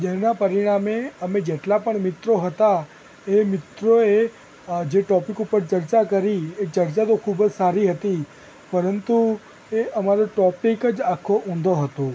જેના પરીણામે અમે જેટલા પણ મિત્રો હતા એ મિત્રો એ જે ટૉપિક ઉપર ચર્ચા કરી એ ચર્ચા તો ખૂબ જ સારી હતી પરંતુ એ અમારો ટૉપિક જ આખો ઊંધો હતો